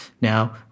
Now